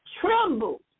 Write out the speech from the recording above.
trembled